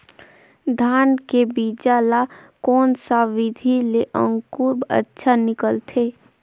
धान के बीजा ला कोन सा विधि ले अंकुर अच्छा निकलथे?